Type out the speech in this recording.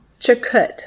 Chakut